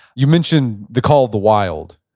you mentioned the call of the wild.